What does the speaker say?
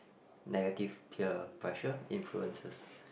negative peer pressure influences